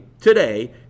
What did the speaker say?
today